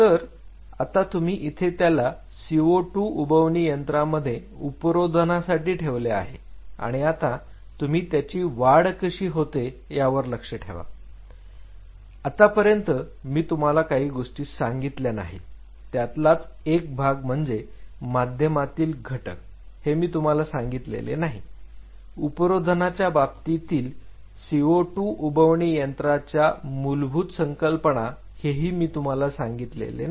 तर आता तुम्ही इथे त्याला CO2 उबवणी यंत्रमध्ये उपरोधनासाठी ठेवले आहे आणि आता तुम्ही त्याची वाढ कशी होते यावर लक्ष ठेवा आतापर्यंत मी तुम्हाला काही गोष्टी सांगितल्या नाहीत त्यातलाच एक भाग म्हणजे माध्यमातील घटक हे मी तुम्हाला सांगितले नाही उपरोधनाच्या बाबतीतील CO2 उबवणी यंत्राच्या मूलभूत संकल्पना हेही मी तुम्हाला सांगितले नाही